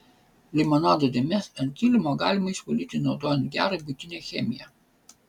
limonado dėmes ant kilimo galima išvalyti naudojant gerą buitinę chemiją